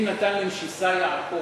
פשוט לא, "מי נתן למשִסה יעקב".